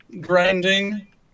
grinding